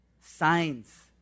signs